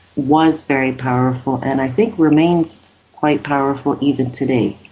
was very powerful, and i think remains quite powerful even today.